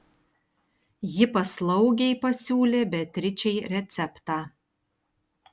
ji paslaugiai pasiūlė beatričei receptą